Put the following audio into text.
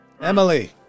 Emily